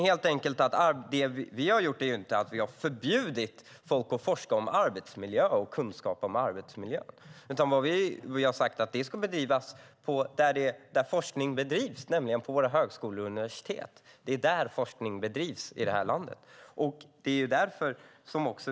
Det vi har gjort är inte att vi har förbjudit folk att forska om arbetsmiljö, utan vi har sagt att den forskningen ska bedrivas där forskning bedrivs, nämligen på våra högskolor och universitet. Det är där forskning bedrivs i det här landet.